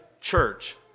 Church